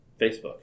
Facebook